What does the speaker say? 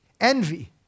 Envy